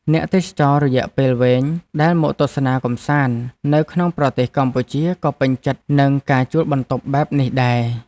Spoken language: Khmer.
អ្នកទេសចររយៈពេលវែងដែលមកទស្សនាកម្សាន្តនៅក្នុងប្រទេសកម្ពុជាក៏ពេញចិត្តនឹងការជួលបន្ទប់បែបនេះដែរ។